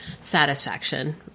Satisfaction